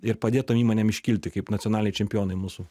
ir padėt tom įmonėm iškilti kaip nacionaliniai čempionai mūsų